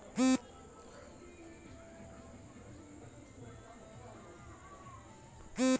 आपके खाते खोले वास्ते दु फोटो और आधार कार्ड के फोटो आजे के देल पड़ी?